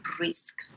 risk